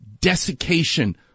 desiccation